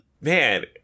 Man